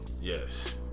yes